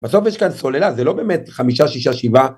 בסוף יש כאן סוללה, זה לא באמת חמישה, שישה, שבעה.